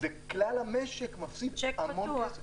וכלל המשק מפסיד המון כסף.